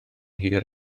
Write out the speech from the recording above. hir